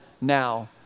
now